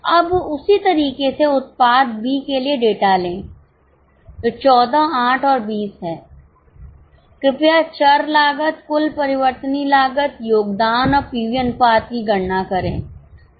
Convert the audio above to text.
अब उसी तरीके से उत्पाद B के लिए डेटा लें जो 14 8 और 20 है कृपया चर लागत कुल परिवर्तनीय लागत योगदान और पीवी अनुपात की गणना करें